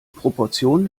proportionen